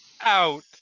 out